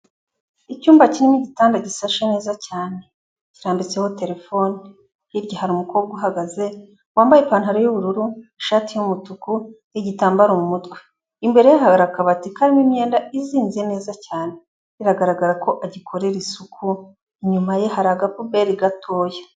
Icyumba kirimo igitanda gisashe neza cyane kirambitseho telefone, hirya hari umukobwa uhagaze wambaye ipantaro y'ubururu, ishati y'umutuku, igitambaro mu mutwe, imbere ye hari akabati karimo imyenda izinze neza cyane, biragaragara ko agikorera isuku, inyuma ye hari agapuberi gatoya.